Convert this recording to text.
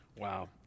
Wow